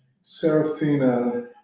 Serafina